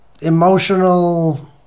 emotional